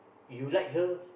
you like her